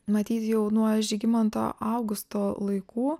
matyt jau nuo žygimanto augusto laikų